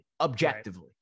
objectively